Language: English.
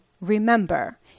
remember